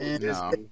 no